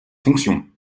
fonction